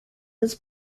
his